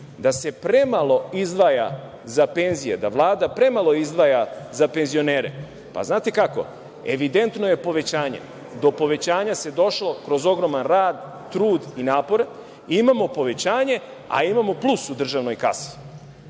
da se premalo izdvaja za penzije, da Vlada premalo izdvaja za penzionere, pa znate kako, evidentno je povećanje. Do povećanja se došlo kroz ogroman rad, trud i napor, i imamo povećanje, a imamo plus u državnoj kasi.